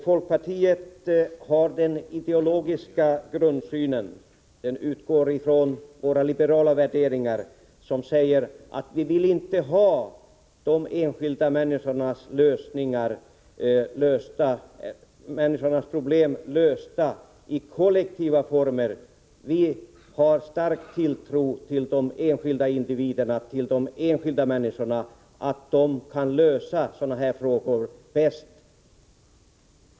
Folkpartiet har den ideologiska grundsyn som utgår från våra liberala värderingar, och enligt dem vill vi inte att de enskilda människornas problem skall lösas i kollektiva former. Vi har en stark tilltro till att de enskilda individerna själva bäst kan lösa sådana här problem.